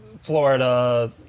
Florida